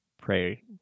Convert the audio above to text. pray